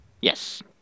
Yes